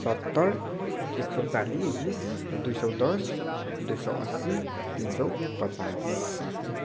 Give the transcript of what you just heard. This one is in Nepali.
सत्तर एक सौ चालिस दुई सौ दस दुई सौ असी तिन सौ पचास